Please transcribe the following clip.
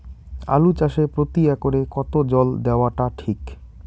আলু চাষে প্রতি একরে কতো জল দেওয়া টা ঠিক?